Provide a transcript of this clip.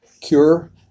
cure